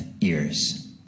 ears